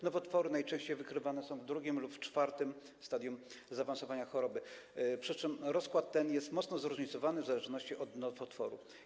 Nowotwory najczęściej wykrywane są w drugim lub czwartym stadium zaawansowania choroby, przy czym jest to mocno zróżnicowane w zależności od nowotworu.